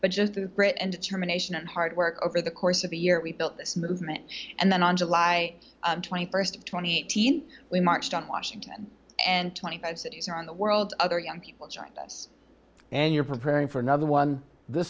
but just the grit and determination and hard work over the course of a year we built this movement and then on july st of twenty eight we marched on washington and twenty five cities around the world other young people joined us and you're preparing for another one th